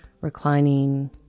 reclining